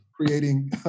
Creating